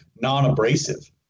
non-abrasive